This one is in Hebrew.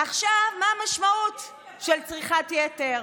עכשיו, מה המשמעות של צריכת יתר?